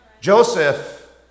Joseph